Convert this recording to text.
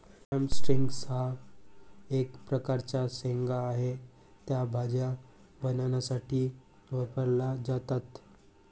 drum sticks हा एक प्रकारचा शेंगा आहे, त्या भाज्या बनवण्यासाठी वापरल्या जातात